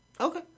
Okay